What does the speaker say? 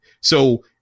So-